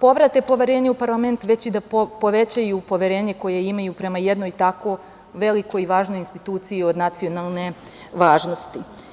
povrate poverenje u parlament, već i da povećaju poverenje koje imaju prema jednoj tako velikoj i važnoj instituciji od nacionalne važnosti.